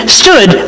stood